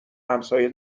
همسایه